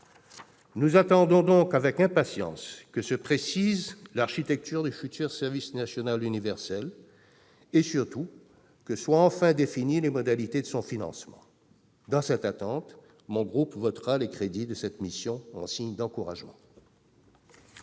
Nous attendons donc avec impatience que se précise l'architecture du futur service national universel et, surtout, que soient enfin définies les modalités de son financement. Dans cette attente, le groupe Les Indépendants votera, en signe d'encouragement,